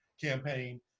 campaign